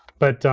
but,